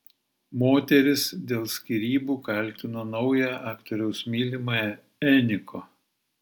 moteris dėl skyrybų kaltino naują aktoriaus mylimąją eniko